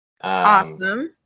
Awesome